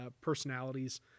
personalities